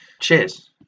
Cheers